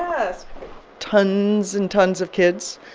ah yes tons and tons of kids.